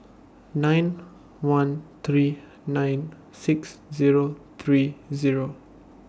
nine one three nine six Zero three Zero